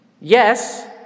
Yes